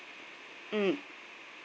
mm